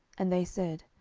and they said,